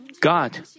God